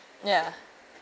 ya